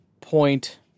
point